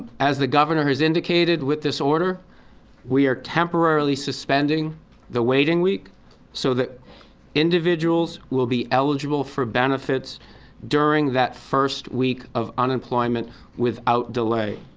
as the governor has indicated, with this order we are temporarily suspending the waiting week so that individuals will be eligible for benefits during that first week of unemployment without delay.